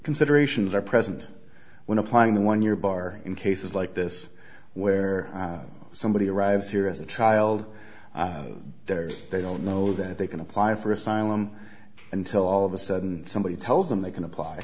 considerations are present when applying the one year bar in cases like this where somebody arrives here as a child that they don't know that they can apply for asylum until all of a sudden somebody tells them they can apply